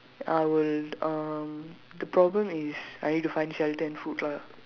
I would um the problem is I need to find shelter and food lah